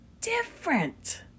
different